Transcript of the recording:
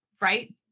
right